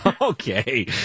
Okay